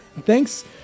Thanks